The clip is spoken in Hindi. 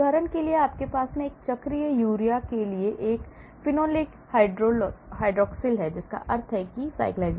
उदाहरण के लिए आपके पास चक्रीय यूरिया के लिए एक फेनोलिक हाइड्रॉक्सिल है जिसका अर्थ है cyclisation